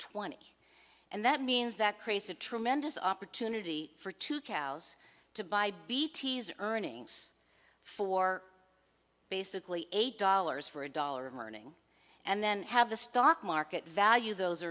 twenty and that means that creates a tremendous opportunity for two cows to buy b t s earnings for basically eight dollars for a dollar of morning and then have the stock market value those